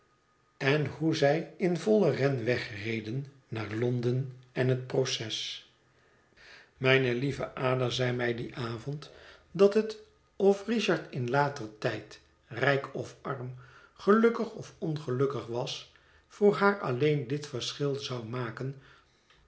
en hoe zij in vollen ren wegreden naar londen en het proces mijne lieve ada zeide mij dien avond dat het of richard in later tijd rijk of arm gelukkig of ongelukkig was voor haar alleen dit verschil zou maken